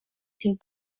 cinc